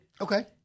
Okay